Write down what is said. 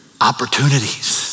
opportunities